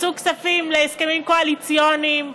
מצאו כספים להסכמים קואליציוניים.